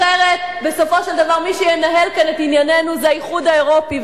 אחרת בסופו של דבר מי שינהל כאן את עניינינו זה האיחוד האירופי.